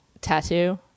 Tattoo